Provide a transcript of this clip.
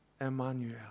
Emmanuel